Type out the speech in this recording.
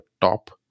top